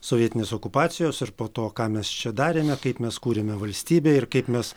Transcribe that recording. sovietinės okupacijos ir po to ką mes čia darėme kaip mes kūrėme valstybę ir kaip mes